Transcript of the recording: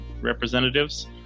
representatives